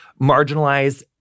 marginalize